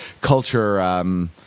culture